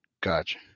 Gotcha